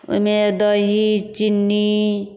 ओहिमे दही चिन्नी